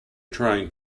trying